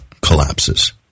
collapses